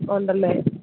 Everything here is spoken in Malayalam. ഉണ്ടല്ലേ